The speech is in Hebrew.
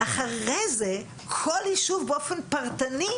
הערות אחרונות.